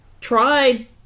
Tried